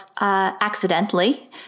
accidentally